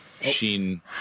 Sheen